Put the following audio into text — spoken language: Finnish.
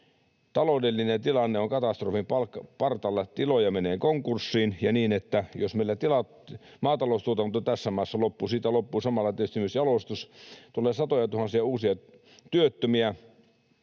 Taloudellinen tilanne on katastrofin partaalla, tiloja menee konkurssiin, ja on niin, että jos meillä maataloustuotanto tässä maassa loppuu, loppuu samalla tietysti myös jalostus, tulee satojatuhansia uusia työttömiä,